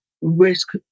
risk